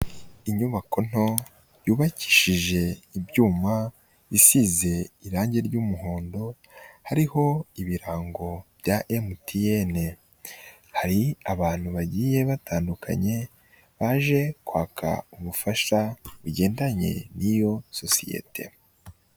Inyubako nto yubakishije ibyuma isize irangi ry'umuhondo, hariho ibirango bya MTN, hari abantu bagiye batandukanye baje kwaka ubufasha bigendanye n'iyo sosiyete.